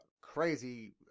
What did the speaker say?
crazy